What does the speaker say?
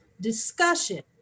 discussion